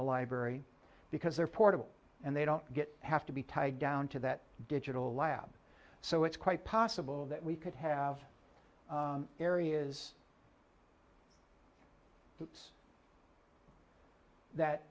the library because they're portable and they don't get have to be tied down to that digital lab so it's quite possible that we could have areas